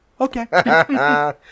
Okay